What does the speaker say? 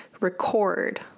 record